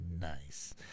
nice